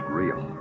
real